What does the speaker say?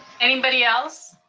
anybody else?